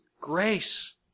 grace